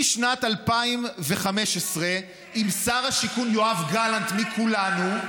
משנת 2015 עם שר השיכון יואב גלנט מכולנו,